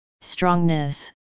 strongness